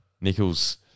Nichols